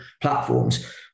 platforms